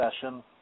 session